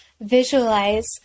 visualize